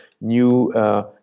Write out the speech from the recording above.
new